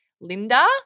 Linda